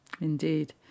Indeed